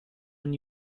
when